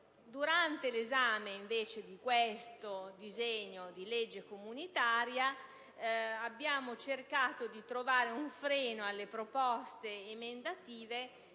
Durante l'esame invece di questo disegno di legge comunitaria, abbiamo cercato di porre un freno alle proposte emendative